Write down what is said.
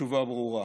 התשובה ברורה: